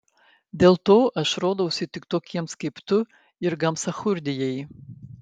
dėl to aš rodausi tik tokiems kaip tu ir gamsachurdijai